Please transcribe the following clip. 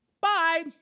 Bye